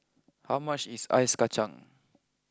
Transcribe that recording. how much is Ice Kachang